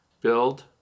build